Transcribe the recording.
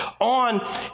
on